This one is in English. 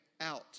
out